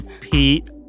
Pete